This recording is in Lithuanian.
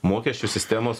mokesčių sistemos